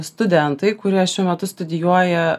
studentai kurie šiuo metu studijuoja